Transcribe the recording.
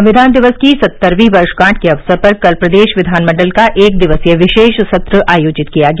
संविधान दिवस की सत्तरवीं वर्षगांठ के अवसर पर कल प्रदेश विधानमंडल का एक दिवसीय विशेष सत्र आयोजित किया गया